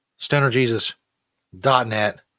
stonerjesus.net